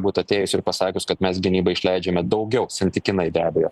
būtų atėjusi ir pasakius kad mes gynybai išleidžiame daugiau santykinai be abejo